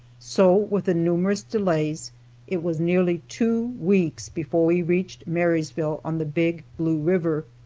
so with the numerous delays it was nearly two weeks before we reached marysville on the big blue river.